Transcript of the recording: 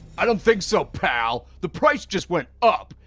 i don't think so, pal. the price just went up,